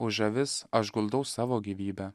už avis aš guldau savo gyvybę